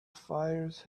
fires